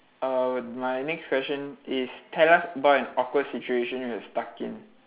uh my next question is tell us about an awkward situation you were stuck in